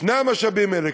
שני המשאבים האלה,